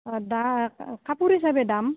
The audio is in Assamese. অঁ দা কাপোৰ হিচাপে দাম